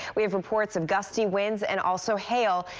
we have reports of gusty winds and also hail.